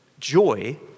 joy